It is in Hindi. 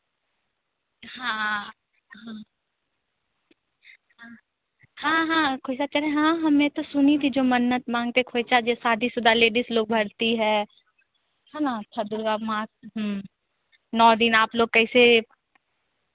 हाँ हाँ हाँ हाँ हाँ खोंईचा चढ़े हाँ हाँ मैं तो सुनी थी जो मन्नत माँगते खोंईचा जे शादी शुदा लेडीज लोग भरती हैं ना सब दुर्गा माँ नौ दिन आप लोग कैसे